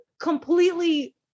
completely